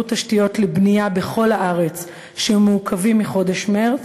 תשתיות לבנייה בכל הארץ שמעוכבים מחודש מרס,